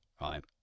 right